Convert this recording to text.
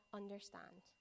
understand